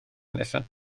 nesaf